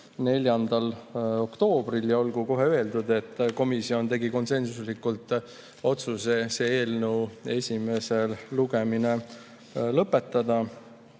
24. oktoobril ja olgu kohe öeldud, et komisjon tegi konsensuslikult otsuse teha ettepanek eelnõu esimene lugemine lõpetada